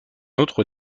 autre